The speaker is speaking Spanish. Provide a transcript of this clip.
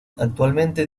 actualmente